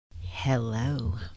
Hello